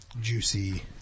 juicy